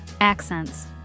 accents